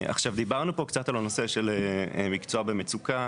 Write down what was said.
דיברנו פה קצת על הנושא של מקצוע במצוקה,